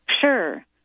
Sure